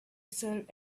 serve